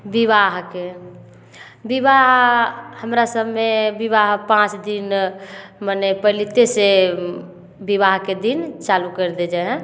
विवाहके विवाह हमरा सबमे विवाह पाँच दिन मने पलिते से विवाहके दिन चालू कैर दै जाइ हइ